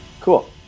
Cool